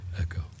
Echo